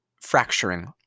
fracturing